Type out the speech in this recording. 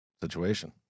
situation